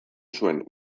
zuen